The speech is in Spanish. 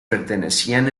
pertenecían